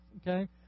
Okay